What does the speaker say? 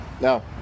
No